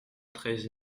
treize